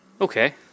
Okay